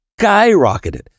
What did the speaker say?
skyrocketed